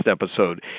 episode